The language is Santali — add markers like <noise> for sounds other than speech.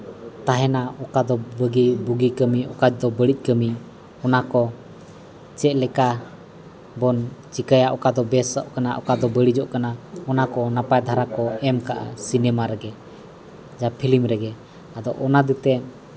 ᱛᱟᱦᱮᱱᱟ ᱚᱠᱟ ᱫᱚ ᱵᱩᱜᱤ ᱠᱟᱹᱢᱤ ᱚᱠᱟ ᱫᱚ ᱵᱟᱹᱲᱤᱡ ᱠᱟᱹᱢᱤ ᱚᱱᱟ ᱠᱚ ᱪᱮᱫᱞᱮᱠᱟ ᱵᱚᱱ ᱪᱤᱠᱟᱹᱭᱟ ᱚᱠᱟ ᱫᱚ ᱵᱮᱥᱚᱜ ᱠᱟᱱᱟ ᱚᱠᱟ ᱫᱚ ᱵᱟᱹᱲᱤᱡᱚᱜ ᱠᱟᱱᱟ ᱚᱱᱟ ᱠᱚ ᱱᱟᱯᱟᱭ ᱫᱷᱟᱨᱟ ᱠᱚ ᱮᱢ ᱠᱟᱜᱼᱟ ᱥᱤᱱᱮᱹᱢᱟ ᱨᱮᱜᱮ ᱭᱟ ᱯᱷᱞᱤᱢ ᱨᱮᱜᱮ ᱟᱫᱚ ᱚᱱᱟ <unintelligible>